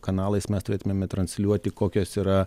kanalais mes turėtumėme transliuoti kokios yra